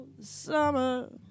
summer